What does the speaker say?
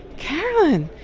carolyn,